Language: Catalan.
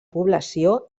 població